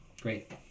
Great